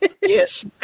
Yes